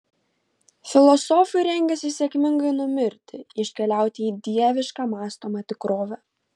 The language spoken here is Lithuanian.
filosofai rengiasi sėkmingai numirti iškeliauti į dievišką mąstomą tikrovę